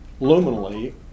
luminally